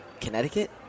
Connecticut